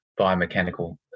biomechanical